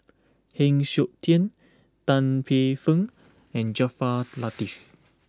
Heng Siok Tian Tan Paey Fern and Jaafar Latiff